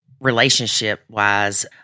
relationship-wise